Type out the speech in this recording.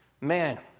man